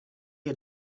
had